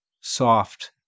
soft